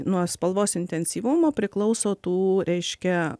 nuo spalvos intensyvumo priklauso tų reiškia